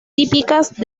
típicas